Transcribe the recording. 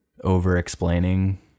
over-explaining